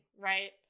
Right